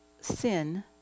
sin